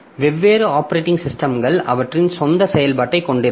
வெவ்வேறு ஆப்பரேட்டிங் சிஸ்டம்கள் அவற்றின் சொந்த செயல்பாட்டைக் கொண்டிருக்கும்